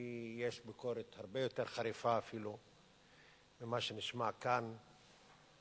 לי יש אפילו ביקורת יותר חריפה ממה שנשמע כאן על